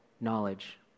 knowledge